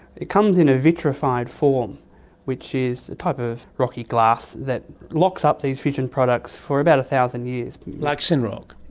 it comes in a vitrified form which is a type of rocky glass that locks up these fission products for about one thousand years. like synroc?